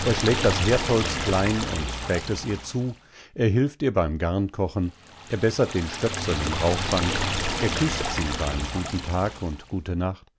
er schlägt das herdholz klein und trägt es ihr zu er hilft ihr beim garnkochen er bessert den stöpsel im rauchfang er küßt sie beim guten tag und gute nacht